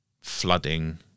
flooding